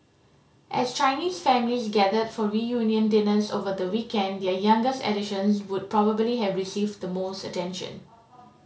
as Chinese families gathered for reunion dinners over the weekend their youngest additions would probably have received the most attention